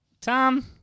Tom